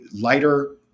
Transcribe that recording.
lighter